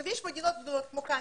יש מדינות גדולות כמו קנדה,